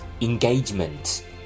Engagement